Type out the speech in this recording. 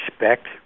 respect